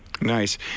Nice